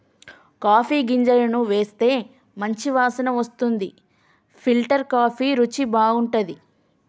coffee గింజలను వేయిస్తే మంచి వాసన వస్తుంది ఫిల్టర్ కాఫీ రుచి బాగుంటది